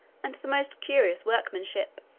and the most curious workmanship.